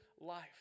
life